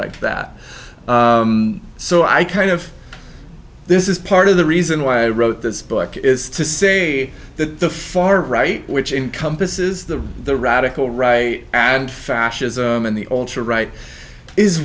like that so i kind of this is part of the reason why i wrote this book is to say that the far right which encompasses the the radical right and fascism and the ultra right is